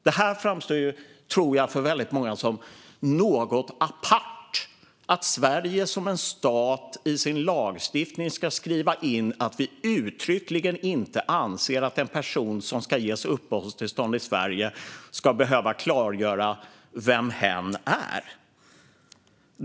Jag tror att det för väldigt många framstår som något apart att Sverige som stat i sin lagstiftning ska skriva in att vi uttryckligen inte anser att en person som ska ges uppehållstillstånd i Sverige ska behöva klargöra vem hen är.